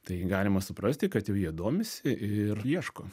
tai galima suprasti kad jau jie domisi ir ieško